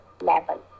level